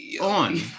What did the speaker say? On